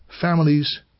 families